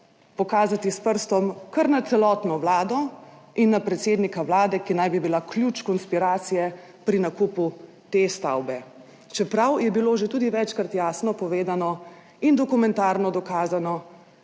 pokazati s prstom kar na celotno Vlado in na predsednika Vlade, ki naj bi bila ključ konspiracije pri nakupu te stavbe, čeprav je bilo že tudi večkrat jasno povedano in dokumentarno dokazano,